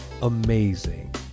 amazing